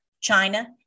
China